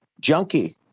junkie